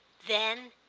then,